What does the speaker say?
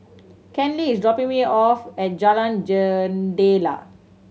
Kenley is dropping me off at Jalan Jendela